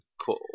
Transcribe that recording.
Cool